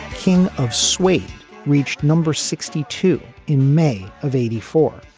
king of swade reached number sixty two in may of eighty four,